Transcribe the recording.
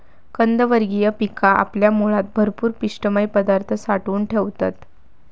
कंदवर्गीय पिका आपल्या मुळात भरपूर पिष्टमय पदार्थ साठवून ठेवतत